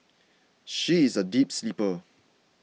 she is a deep sleeper